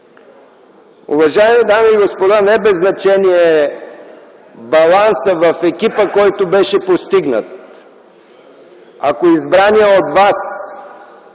Уважаеми дами и господа, не без значение е балансът в екипа, който беше постигнат. Ако избраният от вас